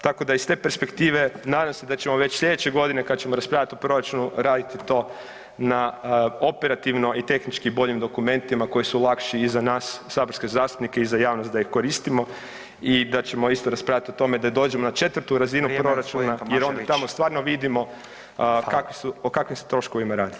Tako da iz te perspektive nadam se da ćemo već slijedeće godine kad ćemo raspravljati o proračunu, raditi to na operativno i tehnički boljim dokumentima koji su lakši i za nas saborske zastupnike i za javnost da ih koristimo i da ćemo isto raspravljati o tome da dođemo na četvrtu razinu proračuna [[Upadica: Vrijeme gospodin Tomašević.]] jer onda tamo stvarno vidimo kakvi su, o kakvim se troškovima radi.